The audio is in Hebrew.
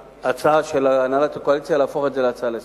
להצעה של הנהלת הקואליציה להפוך את זה להצעה לסדר-היום.